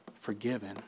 forgiven